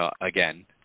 again